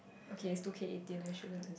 okay it's two K eighteen I shouldn't